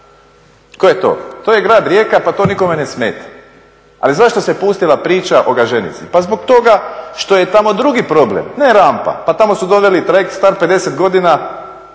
Tko je to, to je grad Rijeka pa to nikome ne smeta. Ali zašto se pustila priča o Gaženici? Pa zbog toga što je tamo drugi problem, ne rampa, pa tamo su doveli trajekt star 50 godina